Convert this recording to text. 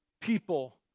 people